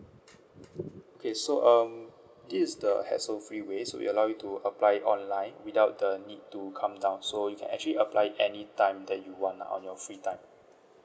okay so um this is the hassle-free way so it allow you to apply it online without the need to come down so you can actually apply it any time that you want now on your free time